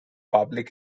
public